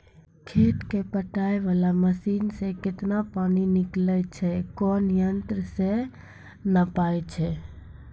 खेत कऽ पटाय वाला मसीन से केतना पानी निकलैय छै कोन यंत्र से नपाय छै